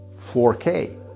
4K